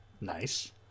nice